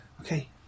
Okay